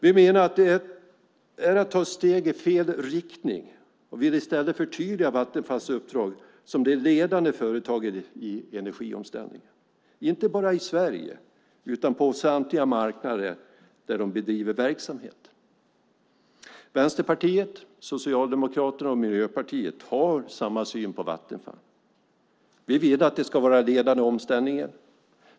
Vi menar att detta är ett steg i fel riktning och vill i stället förtydliga Vattenfalls uppdrag som det ledande företaget i energiomställningen, inte bara i Sverige utan på samtliga marknader där man bedriver verksamhet. Vänsterpartiet, Socialdemokraterna och Miljöpartiet har samma syn på Vattenfall. Vi vill att det ska vara ledande i omställningen.